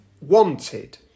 wanted